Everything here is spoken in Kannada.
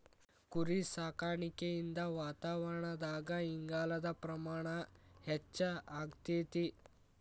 ಕುರಿಸಾಕಾಣಿಕೆಯಿಂದ ವಾತಾವರಣದಾಗ ಇಂಗಾಲದ ಪ್ರಮಾಣ ಹೆಚ್ಚಆಗ್ತೇತಿ